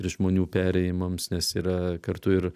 ir žmonių perėjimams nes yra kartu ir